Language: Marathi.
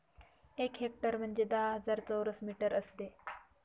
एक हेक्टर म्हणजे दहा हजार चौरस मीटर असते